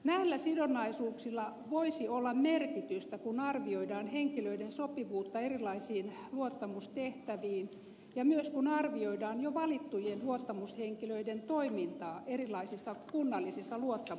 näillä sidonnaisuuksilla voisi olla merkitystä kun arvioidaan henkilöiden sopivuutta erilaisiin luottamustehtäviin ja myös kun arvioidaan jo valittujen luottamushenkilöiden toimintaa erilaisissa kunnallisissa luottamustehtävissä